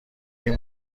این